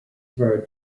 for